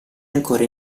ancora